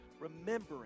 remembering